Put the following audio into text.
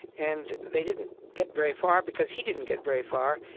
and they didn't get very far because he didn't get very far,